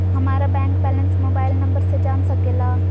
हमारा bank balance mobile number से जान सके ला?